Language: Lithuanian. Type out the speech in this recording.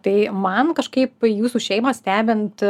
tai man kažkaip jūsų šeimą stebint